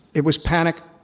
it was panic.